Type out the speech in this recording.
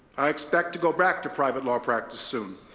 i expect to go back to private law practice soon,